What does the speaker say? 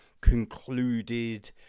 concluded